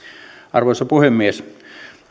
arvoisa puhemies